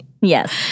Yes